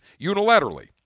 unilaterally